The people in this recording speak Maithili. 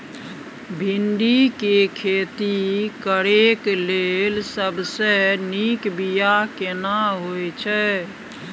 भिंडी के खेती करेक लैल सबसे नीक बिया केना होय छै?